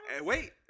wait